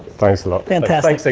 thanks a lot. fantastic. so